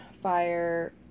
fire